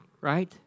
right